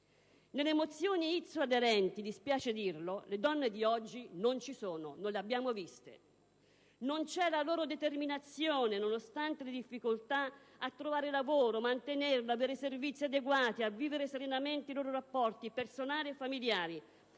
Nelle mozioni Lauro e Aderenti - mi spiace dirlo - le donne di oggi non ci sono, non le abbiamo viste. Non c'è la loro determinazione, nonostante le difficoltà, a trovare lavoro, mantenerlo, avere servizi adeguati, vivere serenamente i loro rapporti, personali e familiari,